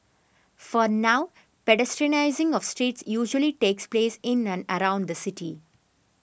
for now pedestrianising of streets usually takes place in and around the city